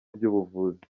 by’ubuvuzi